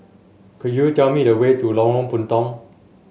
could you tell me the way to Lorong Puntong